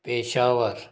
Peshawar